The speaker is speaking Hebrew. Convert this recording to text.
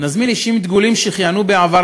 נזמין אישים דגולים שכיהנו בעבר,